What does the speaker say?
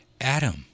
Adam